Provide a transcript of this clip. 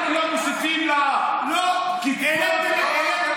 ברור שכן.